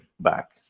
Back